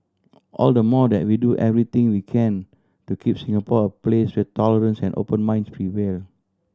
all the more that we do everything we can to keep Singapore a place where tolerance and open minds prevail